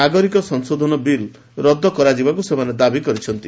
ନାଗରିକ ସଂଶୋଧନ ବିଲ୍ ରଦ୍ଦ କରାଯିବାକୁ ସେମାନେ ଦାବି କରିଛନ୍ତି